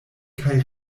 kaj